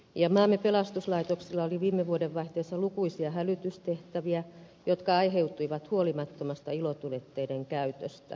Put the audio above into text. maamme pelastuslaitoksilla oli viime vuodenvaihteessa lukuisia hälytystehtäviä jotka aiheutuivat huolimattomasta ilotulitteiden käytöstä